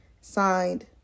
Signed